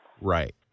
Right